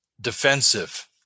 defensive